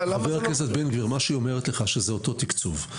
חבר הכנסת בן גביר, היא אומרת לך שזה אותו תקצוב.